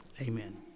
Amen